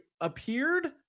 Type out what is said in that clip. appeared